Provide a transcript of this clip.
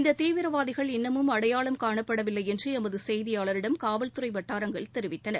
இந்த தீவிரவாதிகள் இன்னமும் அடையாளம் காணப்படவில்லை என்று எமது செய்தியாளரிடம் காவல்துறை வட்டாரங்கள் தெரிவித்தன